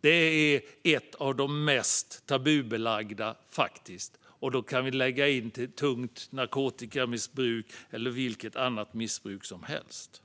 Det är ett av de mest tabubelagda, och då kan vi lägga in tungt narkotikamissbruk eller vilket annat missbruk som helst.